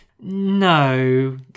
no